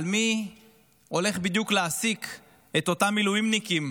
על מי הולך בדיוק להעסיק את אותם מילואימניקים